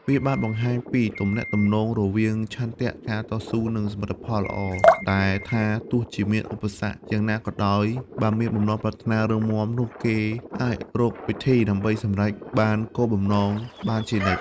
វាបានបង្ហាញពីទំនាក់ទំនងរវាងឆន្ទៈ ការតស៊ូ និងលទ្ធផលល្អ ដែលថាទោះជាមានឧបសគ្គយ៉ាងណាក៏ដោយ បើមានបំណងប្រាថ្នារឹងមាំ នោះគេអាចរកវិធីដើម្បីសម្រេចបានគោលបំណងបានជានិច្ច។